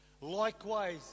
Likewise